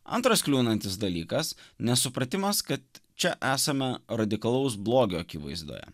antras kliūnantis dalykas nesupratimas kad čia esama radikalaus blogio akivaizdoje